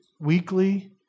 weekly